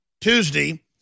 Tuesday